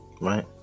Right